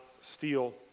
steal